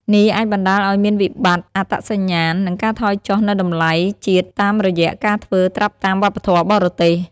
នេះអាចបណ្ដាលឱ្យមានវិបត្តិអត្តសញ្ញាណ និងការថយចុះនូវតម្លៃជាតិតាមរយៈការធ្វើត្រាប់តាមវប្បធម៌បរទេស។